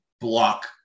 block